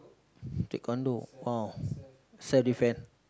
Taekwondo !wow! self defense